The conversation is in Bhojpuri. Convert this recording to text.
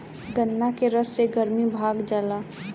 गन्ना के रस से गरमी भाग जाला